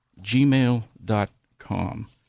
gmail.com